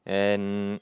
and